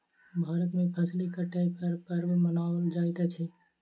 भारत में फसिल कटै पर पर्व मनाओल जाइत अछि